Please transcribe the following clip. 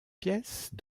pièces